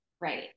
right